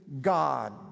God